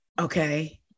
Okay